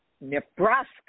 Nebraska